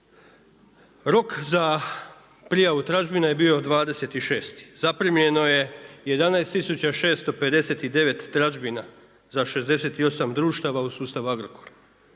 Rok za prijavu tražbine je bio 26. zaprimljeno je 11659 tražbina za 68 društava u sustavu Agrokor.